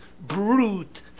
brute